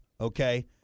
okay